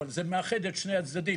אבל זה מאחד את שני הצדדים.